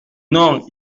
non